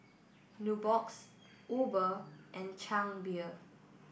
Nubox Uber and Chang Beer